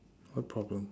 what problem